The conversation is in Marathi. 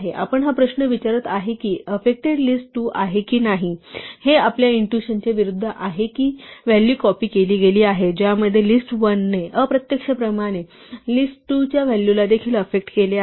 आपण हा प्रश्न विचारत आहे की ही अफेक्टेड लिस्ट 2 आहे की नाही आणि हे आपल्या इंट्युशनच्या विरुद्ध आहे की व्हॅल्यू कॉपी केली गेली आहे ज्यामध्ये लिस्ट 1 ने अप्रत्यक्षपणे लिस्ट 2 च्या व्हॅलूला देखील अफेक्ट केले आहे